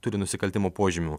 turi nusikaltimo požymių